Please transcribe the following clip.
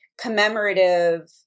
commemorative